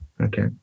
Okay